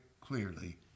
clearly